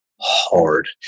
hard